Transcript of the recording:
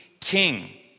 king